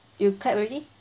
you clap already